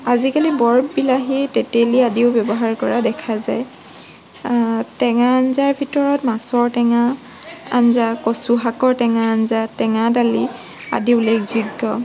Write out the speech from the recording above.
আজিকালি বৰ বিলাহী তেতেলি আদিও ব্যৱহাৰ কৰা দেখা যায় তেঙা আঞ্জাৰ ভিতৰত মাছৰ আঞ্জা কচু শাকৰ টেঙা আঞ্জা টেঙা দালি আদি উল্লেখযোগ্য